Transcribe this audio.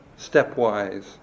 stepwise